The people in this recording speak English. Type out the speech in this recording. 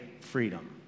freedom